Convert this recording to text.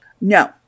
No